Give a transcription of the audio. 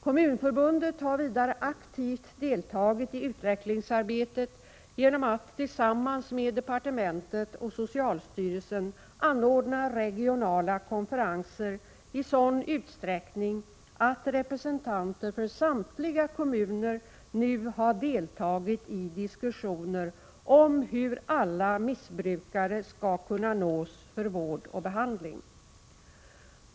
Kommunförbundet har vidare aktivt deltagit i utvecklingsarbetet genom att, tillsammans med departementet och socialstyrelsen, anordna regionala konferenser i sådan utsträckning att representanter för samtliga kommuner nu har deltagit i diskussioner om hur alla missbrukare skall kunna nås för vård och behandling.